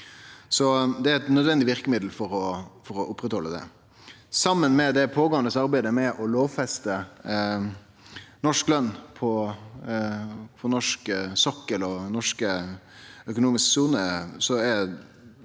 Det er eit nødvendig verkemiddel for å oppretthalde det. Saman med arbeidet som blir gjort med å lovfeste norsk løn på norsk sokkel og i norsk økonomisk sone,